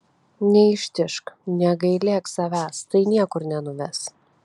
neištižk negailėk savęs tai niekur nenuves